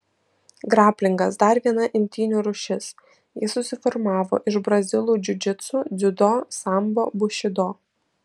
graplingas dar viena imtynių rūšis ji susiformavo iš brazilų džiudžitsu dziudo sambo bušido